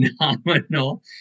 phenomenal